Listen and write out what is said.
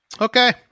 Okay